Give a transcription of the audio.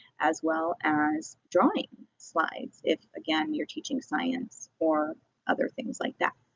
as well as drawing slides, if again you're teaching science or other things like that.